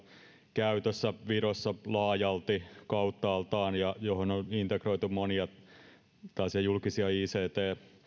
käytössä virossa laajalti kauttaaltaan ja johon on integroitu monia tällaisia julkisia ict